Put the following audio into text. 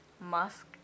Musk